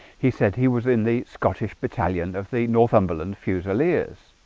he said he was in the scottish battalion of the northumberland fusiliers